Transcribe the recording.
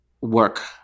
work